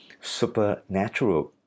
supernatural